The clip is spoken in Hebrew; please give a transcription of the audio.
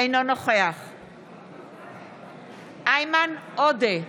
אינו נוכח איימן עודה,